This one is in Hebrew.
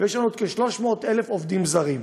ויש לנו עוד כ-300,000 עובדים זרים.